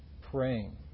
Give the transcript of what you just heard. praying